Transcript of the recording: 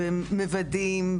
מוודאים,